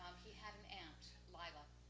he had an aunt, lila,